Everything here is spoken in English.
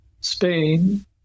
Spain